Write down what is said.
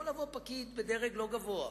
יכול לבוא פקיד בדרג לא גבוה,